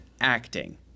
Acting